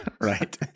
right